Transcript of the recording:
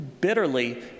bitterly